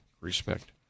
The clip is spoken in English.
respect